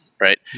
right